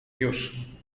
już